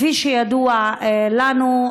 כפי שידוע לנו,